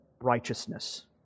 righteousness